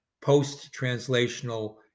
post-translational